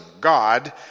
God